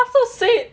so sweet